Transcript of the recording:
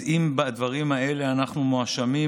אז אם בדברים האלה אנחנו מואשמים,